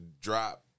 drop